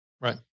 Right